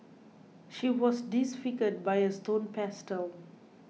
she was disfigured by a stone pestle